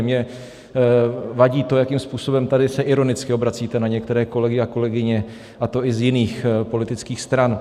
Mně vadí to, jakým způsobem tady se ironicky obracíte na některé kolegy a kolegyně, a to i z jiných politických stran.